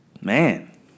Man